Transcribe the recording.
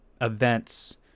events